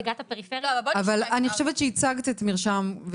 אבל אני חושבת שייצגת את מרשם.